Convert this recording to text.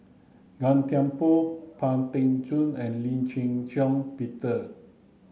Gan Thiam Poh Pang Teck Joon and Lee Shih Shiong Peter